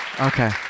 Okay